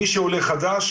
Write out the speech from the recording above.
מי שעולה חדש,